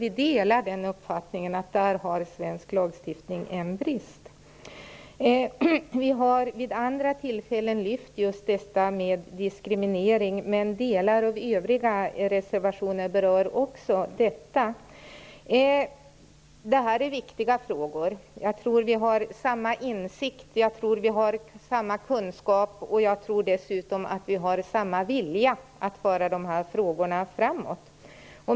Vi delar uppfattningen att svensk lagstiftning har brister i fråga om detta. Vi har vid andra tillfällen lyft fram diskrimineringen, men delar av övriga reservationer berör också detta. Detta är viktiga frågor. Jag tror att vi har samma insikt och samma kunskap. Jag tror dessutom att vi har samma vilja att föra dessa frågor framåt.